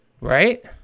Right